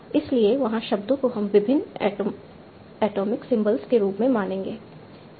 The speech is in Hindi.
इसलिए वहाँ शब्दों को हम विभिन्न एटॉमिक सिंबल्स के रूप में मानेंगे